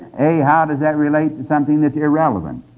hey, how does that relate to. something that's irrelevant.